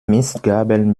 mistgabeln